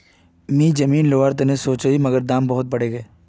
मी जमीन लोवर तने सोचौई मगर दाम बहुत बरेगये